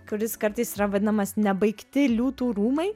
kuris kartais yra vadinamas nebaigti liūtų rūmai